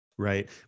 Right